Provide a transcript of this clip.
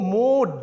more